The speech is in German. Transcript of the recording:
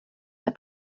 der